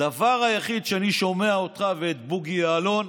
הדבר היחיד שאני שומע אותך ואת בוגי יעלון